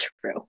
true